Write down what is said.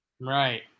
Right